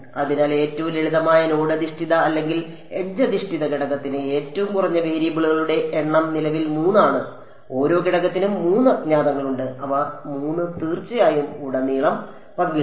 അതിനാൽ ഏറ്റവും ലളിതമായ നോഡ് അധിഷ്ഠിത അല്ലെങ്കിൽ എഡ്ജ് അധിഷ്ഠിത ഘടകത്തിന് ഏറ്റവും കുറഞ്ഞ വേരിയബിളുകളുടെ എണ്ണം നിലവിൽ 3 ആണ് ഓരോ ഘടകത്തിനും 3 അജ്ഞാതങ്ങളുണ്ട് അവ 3 തീർച്ചയായും ഉടനീളം പങ്കിടുന്നു